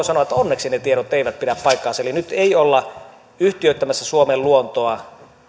sanoa että onneksi ne tiedot eivät pidä paikkansa eli nyt ei olla yhtiöittämässä suomen luontoa